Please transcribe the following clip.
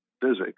physics